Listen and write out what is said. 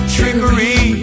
Trickery